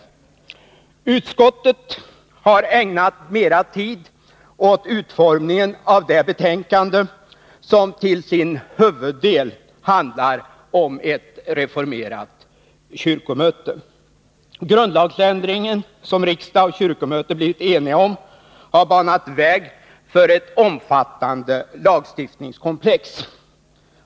Utskottet har ägnat mera tid åt utformningen av det betänkande som till sin huvuddel handlar om ett reformerat kyrkomöte. Grundlagsändringen, som riksdag och kyrkomöte blivit eniga om, har banat väg för ett omfattande lagstiftningskomplex.